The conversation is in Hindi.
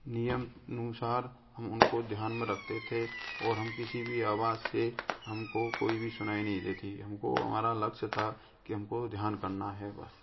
नियमानुसार हम उनको ध्यान में रखते थे और हम किसी भी आवाज से हमको कोई भी सुनाई नहीं देती हमको हमारा लक्ष्य था कि हमको ध्यान करना है बस